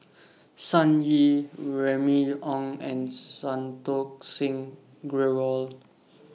Sun Yee Remy Ong and Santokh Singh Grewal